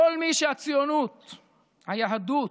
כל מי שהציונות, היהדות,